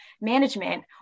management